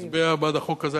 להצביע בעד החוק הזה,